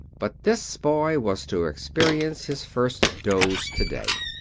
but this boy was to experience his first dose to-day.